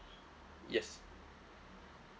yes